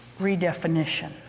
redefinition